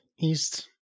East